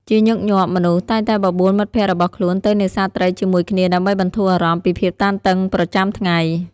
ជាញឹកញាប់ មនុស្សតែងតែបបួលមិត្តភក្តិរបស់ខ្លួនទៅនេសាទត្រីជាមួយគ្នាដើម្បីបន្ធូរអារម្មណ៍ពីភាពតានតឹងប្រចាំថ្ងៃ។